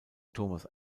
thomas